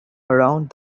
around